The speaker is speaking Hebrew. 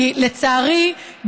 כי לצערי,